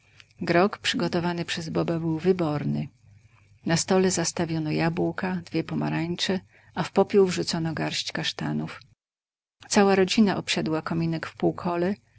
grog przygotowany przez boba był wyborny na stole zastawiono jabłka dwie pomarańcze a w popiół wrzucono garść kasztanów cała rodzina obsiadła kominek w półkole